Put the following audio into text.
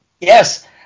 Yes